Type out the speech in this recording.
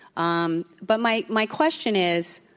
um but my my question is,